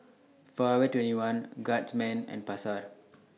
Forever twenty one Guardsman and Pasar